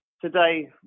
Today